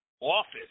office